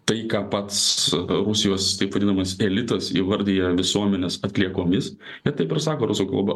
tai ką pats rusijos stiprinamas elitas įvardija visuomenės atliekomis ir taip sako rusų kalba